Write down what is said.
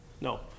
No